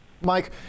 Mike